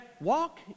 walk